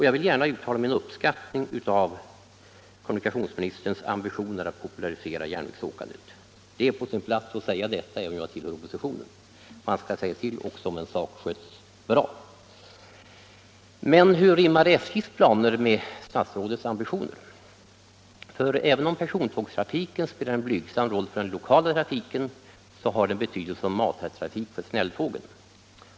Jag vill uttala min uppskattning av kommunikationsministerns ambitioner att popularisera järnvägsåkandet. Det är på sin plats att säga detta, även om jag tillhör oppositionen. När en sak sköts bra, så skall det också sägas ut. Men hur rimmar statsrådets ambitioner med SJ:s planer? Även om persontågstrafiken spelar en blygsam roll för den lokala trafiken har den ändå betydelse som matartrafik för snälltågen.